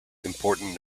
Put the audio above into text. important